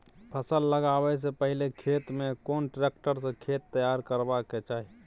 फसल लगाबै स पहिले खेत में कोन ट्रैक्टर स खेत तैयार करबा के चाही?